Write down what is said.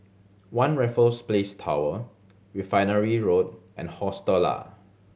One Raffles Place Tower Refinery Road and Hostel Lah